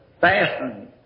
fastened